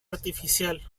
artificial